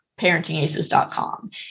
ParentingAces.com